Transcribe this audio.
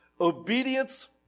Obedience